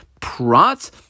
Prat